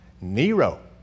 Nero